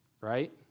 right